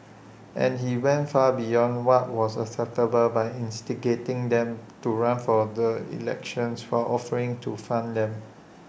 and he went far beyond what was acceptable by instigating them to run for the elections for offering to fund them